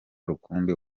rukumbi